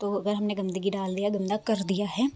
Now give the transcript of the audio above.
तो अगर हमने गंदगी डाल दिया गंदा कर दिया है